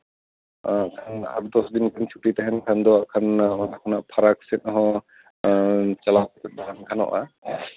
ᱠᱚᱢᱥᱮ ᱟᱴ ᱫᱚᱥ ᱫᱤᱱ ᱜᱟᱱ ᱪᱷᱩᱴᱤ ᱛᱟᱦᱮᱱ ᱠᱷᱟᱱ ᱫᱚ ᱚᱱᱟ ᱠᱷᱚᱱᱟᱜ ᱯᱷᱟᱨᱟᱠ ᱥᱮᱫ ᱦᱚᱸ ᱪᱟᱞᱟᱣ ᱠᱟᱛᱮ ᱫᱟᱬᱟᱱ ᱜᱟᱱᱚᱜᱼᱟ